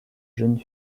jeune